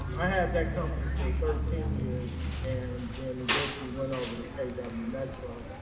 um i had that company for thirteen years and then eventually went over to kw metro.